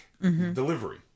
delivery